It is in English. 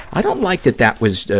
i don't like that that was,